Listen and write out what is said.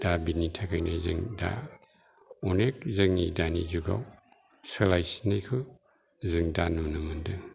दा बिनि थाखायनो जों दा अनेक जोंनि दानि जुगाव सोलायसिननायखौ जों दा नुनो मोनदों